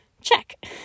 check